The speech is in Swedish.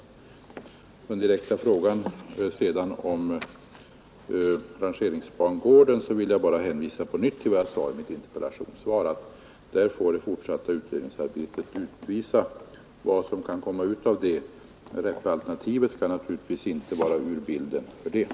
Vad sedan gäller den direkta frågan om rangerbangården vill jag bara hänvisa till vad jag sade i mitt interpellationssvar om att vi får se vad som kan komma ut av det fortsatta utredningsarbetet. Räppealternativet skall naturligtvis inte för den skull vara ute ur bilden.